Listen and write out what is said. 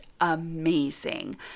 amazing